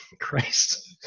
Christ